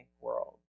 world